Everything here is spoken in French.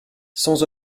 sans